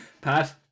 Pat